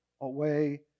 away